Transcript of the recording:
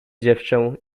dziewczę